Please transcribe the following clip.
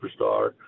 superstar